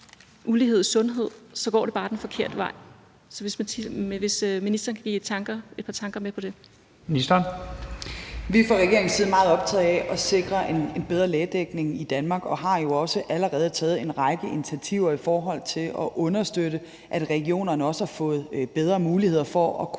Jensen): Ministeren. Kl. 10:42 Indenrigs- og sundhedsministeren (Sophie Løhde): Vi er fra regeringens side meget optaget af at sikre en bedre lægedækning i Danmark og har jo også allerede taget en række initiativer i forhold til at understøtte, at regionerne har fået bedre muligheder for at kunne